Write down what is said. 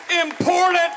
important